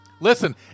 Listen